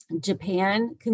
Japan